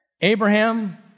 Abraham